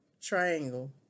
triangle